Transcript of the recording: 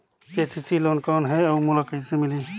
KCC loan कौन हे अउ मोला कइसे मिलही?